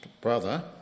brother